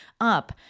up